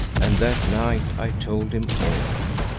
and that night i told him all.